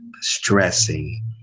stressing